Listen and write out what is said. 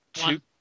One